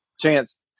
chance